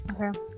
okay